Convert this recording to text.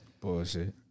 Bullshit